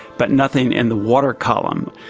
but nothing in the water column.